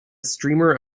streamer